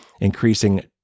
increasing